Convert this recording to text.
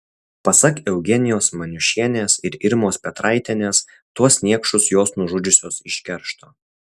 pasak eugenijos maniušienės ir irmos petraitienės tuos niekšus jos nužudžiusios iš keršto